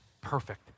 perfect